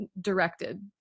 directed